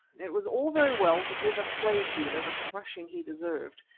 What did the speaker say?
it was all very well to give a slave-dealer the thrashing he deserved,